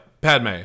padme